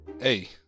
Hey